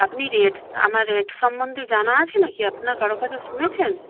আপনি রেট আমার রেট সম্বন্ধে জানা আছে নাকি আপনার কারও কাছে শুনেছেন